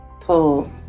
pull